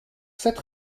cette